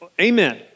amen